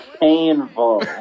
painful